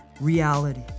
reality